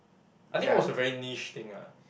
I think it was a very niche thing lah